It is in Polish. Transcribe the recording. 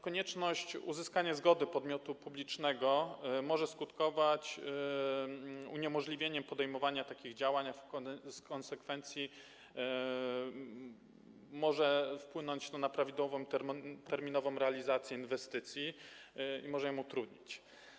Konieczność uzyskania zgody podmiotu publicznego może skutkować uniemożliwieniem podejmowania takich działań, a w konsekwencji może to wpłynąć na prawidłową i terminową realizację inwestycji i ją utrudnić.